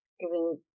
giving